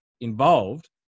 involved